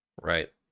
Right